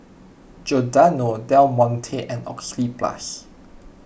Giordano Del Monte and Oxyplus